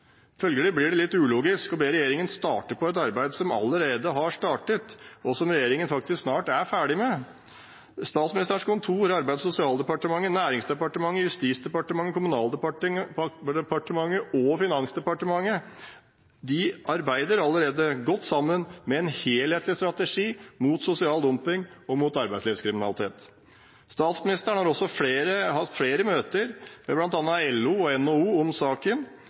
Følgelig blir det litt ulogisk å be regjeringen starte på et arbeid som allerede har startet, og som regjeringen faktisk snart er ferdig med. Statsministerens kontor, Arbeids- og sosialdepartementet, Næringsdepartementet, Justisdepartementet, Kommunaldepartementet og Finansdepartementet arbeider allerede godt sammen med en helhetlig strategi mot sosial dumping og mot arbeidslivskriminalitet. Statsministeren har også hatt flere møter med bl.a. LO og NHO om saken,